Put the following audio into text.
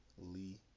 Lee